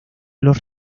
los